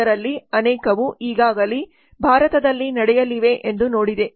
ಇದರಲ್ಲಿ ಅನೇಕವು ಈಗಾಗಲೇ ಭಾರತದಲ್ಲಿ ನಡೆಯಲಿವೆ ಎಂದು ನೋಡಿದೆ